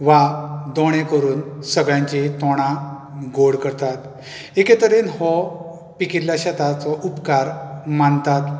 वा दोणे करून सगळ्यांची तोंडां गोड करतात एके तरेन हो पिकिल्ल्या शेताचो उपकार मानतात